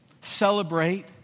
celebrate